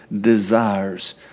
desires